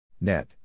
Net